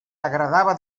agradava